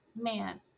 man